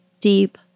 deep